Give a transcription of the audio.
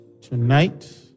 Tonight